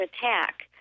attack